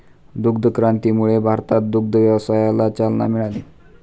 दुग्ध क्रांतीमुळे भारतात दुग्ध व्यवसायाला चालना मिळाली